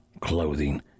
clothing